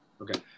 Okay